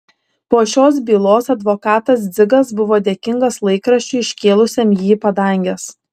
po šios bylos advokatas dzigas buvo dėkingas laikraščiui iškėlusiam jį į padanges